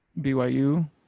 byu